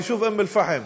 היישוב אום-אלפחם.